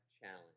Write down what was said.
challenge